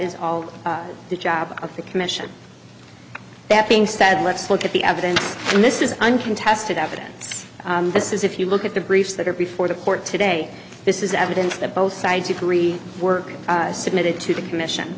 is all the job of the commission that being said let's look at the evidence and this is uncontested evidence this is if you look at the briefs that are before the court today this is evidence that both sides agree work submitted to the commission